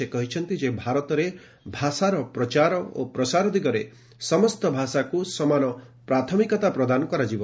ସେ କହିଛନ୍ତି ଯେ ଭାରତରେ ଭାଷାର ପ୍ରଚାର ପ୍ରସାର ଦିଗରେ ସମସ୍ତ ଭାଷାକୁ ସମାନ ପ୍ରାଥମିକତା ପ୍ରଦାନ କରାଯିବ